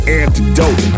antidote